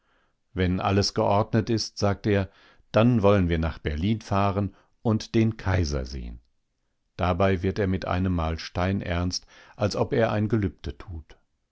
wenn alles geordnet ist sagt er dann wollen wir nach berlin fahren und den kaiser sehen dabei wird er mit einemmal steinernst als ob er ein gelübde tut